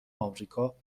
آمریکا